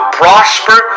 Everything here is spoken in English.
prosper